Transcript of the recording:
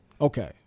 Okay